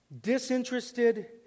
disinterested